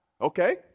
Okay